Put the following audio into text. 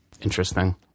Interesting